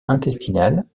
intestinale